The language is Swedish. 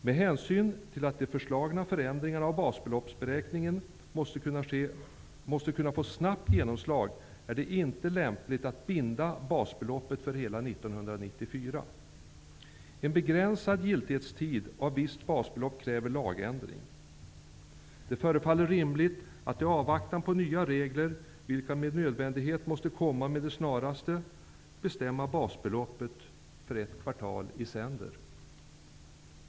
Med hänsyn till att de föreslagna förändringarna av basbeloppsberäkningen måste kunna få snabbt genomslag är det inte lämpligt att binda basbeloppet för hela 1994. En begränsad giltighetstid av visst basbelopp kräver lagändring. Det förefaller rimligt att i avvaktan på nya regler, vilka med nödvändighet måste komma med det snaraste, bestämma basbeloppet för ett kvartal i sänder.